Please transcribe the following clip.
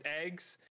eggs